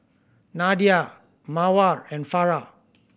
Nadia Mawar and Farah